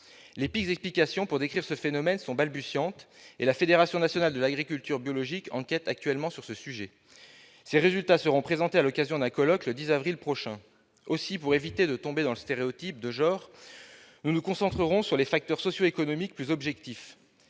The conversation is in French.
Les pistes d'explication pour décrire ce phénomène sont balbutiantes, et la Fédération nationale d'agriculture biologique enquête actuellement sur ce sujet. Les résultats de ce travail seront présentés à l'occasion d'un colloque le 10 avril prochain. Aussi, pour éviter de tomber dans le stéréotype de genre, nous nous concentrerons sur les facteurs socio-économiques, plus objectifs.